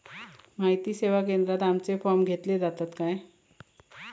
माहिती सेवा केंद्रात आमचे फॉर्म घेतले जातात काय?